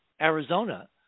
Arizona